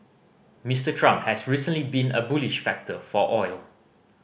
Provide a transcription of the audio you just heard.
Mister Trump has recently been a bullish factor for oil